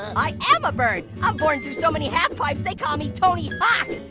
i am a bird. i'm boarding through so many halfpipes they caall me tony ah